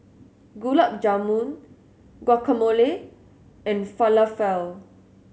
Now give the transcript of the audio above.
Gulab Jamun Guacamole and Falafel